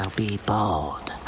ah be bold.